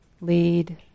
lead